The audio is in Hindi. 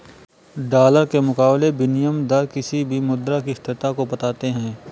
डॉलर के मुकाबले विनियम दर किसी भी मुद्रा की स्थिरता को बताते हैं